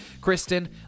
Kristen